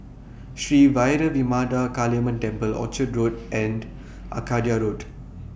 Sri Vairavimada Kaliamman Temple Orchard Road and Arcadia Road